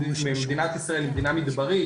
מדינת ישראל היא מדינה מדברית,